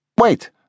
Wait